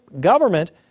government